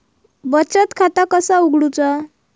बचत खाता कसा उघडूचा?